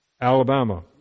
Alabama